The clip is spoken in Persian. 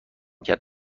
کرد